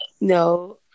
No